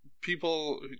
people